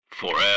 Forever